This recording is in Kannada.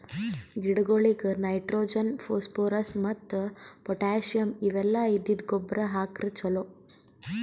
ಗಿಡಗೊಳಿಗ್ ನೈಟ್ರೋಜನ್, ಫೋಸ್ಫೋರಸ್ ಮತ್ತ್ ಪೊಟ್ಟ್ಯಾಸಿಯಂ ಇವೆಲ್ಲ ಇದ್ದಿದ್ದ್ ಗೊಬ್ಬರ್ ಹಾಕ್ರ್ ಛಲೋ